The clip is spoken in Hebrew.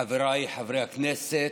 חבריי חברי הכנסת,